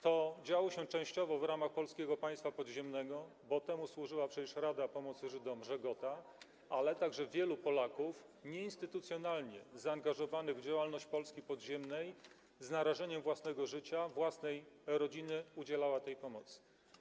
To działo się częściowo w ramach Polskiego Państwa Podziemnego, bo temu służyła przecież Rada Pomocy Żydom „Żegota”, ale także wielu Polaków nieinstytucjonalnie zaangażowanych w działalność Polski podziemnej z narażeniem życia własnego, własnej rodziny udzielała tej pomocy.